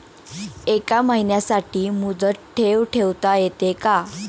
एका महिन्यासाठी मुदत ठेव ठेवता येते का?